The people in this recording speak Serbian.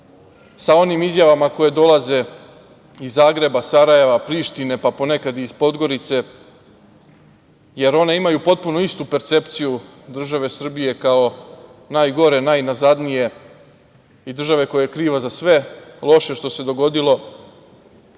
sa onim izjavama, koje dolaze iz Zagreba, Sarajeva, Prištine, pa ponekad i iz Podgorice, jer one imaju potpuno istu percepciju države Srbije kao najgore, najnazadnije i države koja je kriva za sve loše što se dogodilo